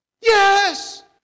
Yes